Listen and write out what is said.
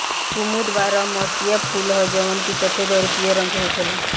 कुमुद बारहमसीया फूल ह जवन की सफेद अउरी पियर रंग के होखेला